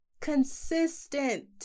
Consistent